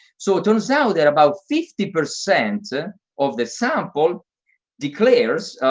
so it turns out that about fifty percent of the sample declares,